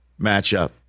matchup